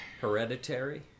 Hereditary